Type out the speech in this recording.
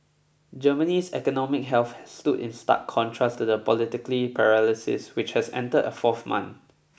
Germany's economic health has stood in stark contrast to the political paralysis which has entered a fourth month